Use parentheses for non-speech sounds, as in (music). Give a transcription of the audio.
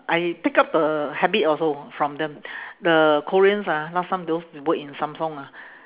I pick up the habit also from them (breath) the koreans ah last time those work in samsung ah